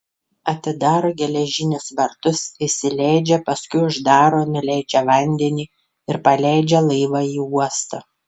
atidaro geležinius vartus įsileidžia paskui uždaro nuleidžia vandenį ir paleidžia laivą į uostą